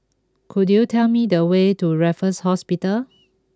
could you tell me the way to Raffles Hospital